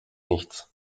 nichts